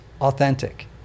authentic